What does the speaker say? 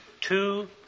two